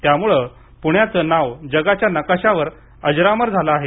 त्याम्ळे प्ण्याचं नाव जगाच्या नकाशावर अजरामर झाले आहे